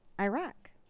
Iraq